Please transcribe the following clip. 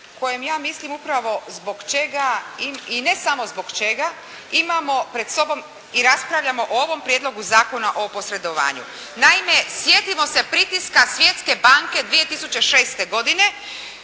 kojim ja mislim upravo zbog čega i ne samo zbog čega imamo pred sobom i raspravljamo o ovom Prijedlogu zakona o posredovanju. Naime, sjetimo se pritiska Svjetske banke 2006. godine